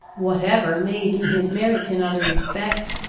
whatever may be his merits in other respects,